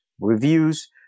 reviews